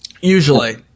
usually